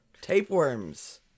Tapeworms